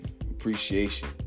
appreciation